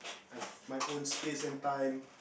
have my own space and time